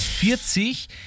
40